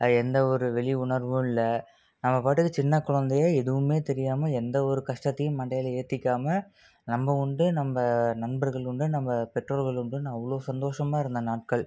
எந்த ஒரு வெளி உணர்வும் இல்லை நம்ம பாட்டுக்கு சின்ன குழந்தையா எதுவுமே தெரியாமல் எந்த ஒரு கஷ்டத்தையும் மண்டையில ஏற்றிக்காம நம்ப உண்டு நம்ப நண்பர்கள் உண்டு நம்ப பெற்றோர்கள் உண்டுன்னு அவ்வளோ சந்தோஷமாக இருந்த நாட்கள்